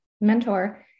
mentor